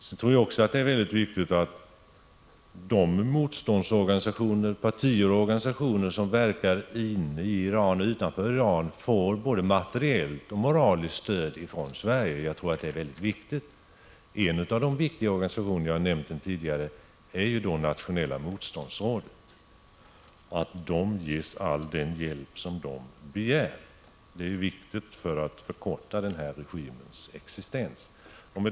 Det är också viktigt att de motståndsorganisationer och partier som verkar inne i och utanför Iran får både materiellt och moraliskt stöd från Sverige. En av dessa viktiga organisationer är, som jag nämnde tidigare, Nationella motståndsrådet. Det är viktigt att denna organisation ges all den hjälp som begärs för att förkorta regimens existens. Herr talman!